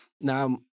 Now